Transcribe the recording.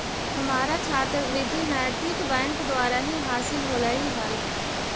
हमारा छात्रवृति नैतिक बैंक द्वारा ही हासिल होलई हल